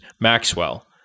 Maxwell